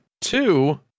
two